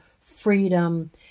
freedom